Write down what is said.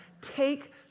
take